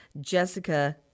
Jessica